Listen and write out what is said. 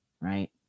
right